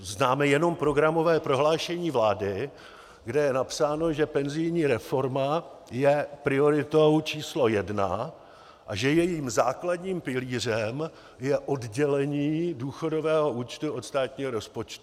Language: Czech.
Známe jenom programové prohlášení vlády, kde je napsáno, že penzijní reforma je prioritou číslo jedna a že jejím základním pilířem je oddělení důchodového účtu od státního rozpočtu.